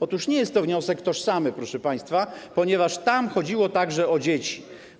Otóż nie jest to wniosek tożsamy, proszę państwa, ponieważ tam chodziło także o dzieci.